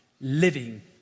living